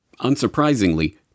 Unsurprisingly